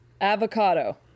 Avocado